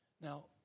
Now